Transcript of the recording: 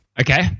Okay